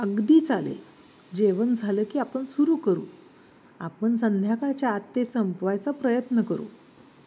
अगदी चालेल जेवण झालं की आपण सुरू करू आपण संध्याकाळच्या आत ते संपवायचा प्रयत्न करू